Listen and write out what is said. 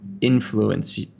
influence